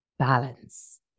Balance